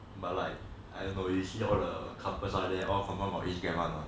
but like I don't know you see all the couples out there all confirm got age gap one lah